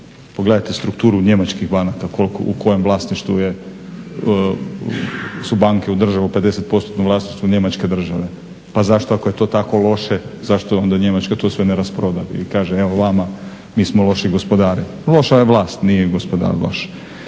pogledajte strukturu njemačkih banaka u kojem vlasništvu su banke u državno u 50%-tnom vlasništvu njemačke države. Pa zašto ako je to tako loše, zašto onda Njemačka to sve ne rasproda i kaže: evo vama, mi smo loši gospodari. Loša je vlast, nije gospodar loš.